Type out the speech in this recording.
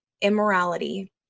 immorality